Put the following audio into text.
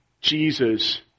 Jesus